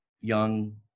young